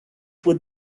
would